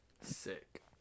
Sick